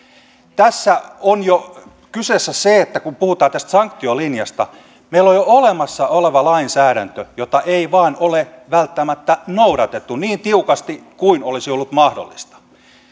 tässä on jo kyseessä se että kun puhutaan tästä sanktiolinjasta meillä on jo olemassa oleva lainsäädäntö jota ei vain ole välttämättä noudatettu niin tiukasti kuin olisi ollut mahdollista